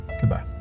Goodbye